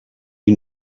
you